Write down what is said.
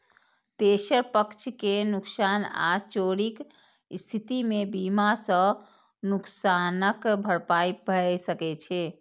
तेसर पक्ष के नुकसान आ चोरीक स्थिति मे बीमा सं नुकसानक भरपाई भए सकै छै